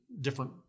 different